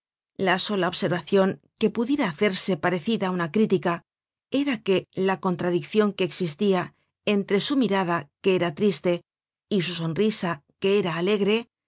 la sola observacion que pudiera hacerse parecida á una crítica era que la contradiccion que existia entre su mirada que era triste y su sonrisa que era alegré